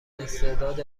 استعداد